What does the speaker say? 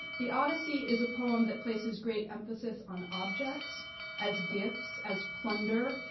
the odyssey is a poem that places great emphasis on objects as gifts, as plunder,